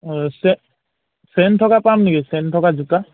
আৰু chain chain থকা pump নেকি চেইন থকা জোতা